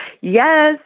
Yes